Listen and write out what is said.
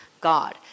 God